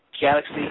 Galaxy